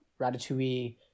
ratatouille